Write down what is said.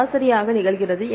சரியாக நிகழ்கிறது